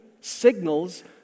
signals